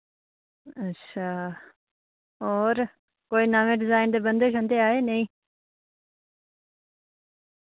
अच्छा और कोई नवें डिजाइन दे बंधे शंधे आए नेईं